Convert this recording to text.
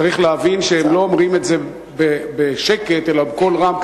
צריך להבין שהם לא אומרים את זה בשקט אלא בקול רם,